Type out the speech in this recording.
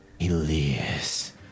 Elias